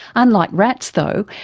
unlike rats though,